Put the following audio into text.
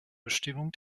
bestimmung